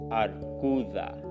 arcuda